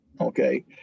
Okay